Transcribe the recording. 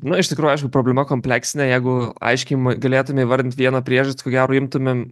nu iš tikrųjų aišku problema kompleksinė jeigu aiškiai galėtume įvardint vieną priežastį ko gero imtumėm